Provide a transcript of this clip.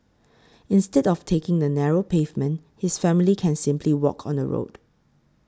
instead of taking the narrow pavement his family can simply walk on the road